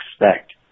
expect